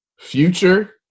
Future